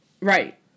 Right